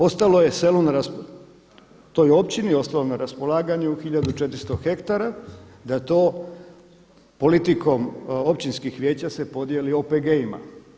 Ostalo je selu toj općini ostalo je na raspolaganju 1400 hektara da to politikom općinskih vijeća podijeli OPG-ima.